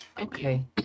Okay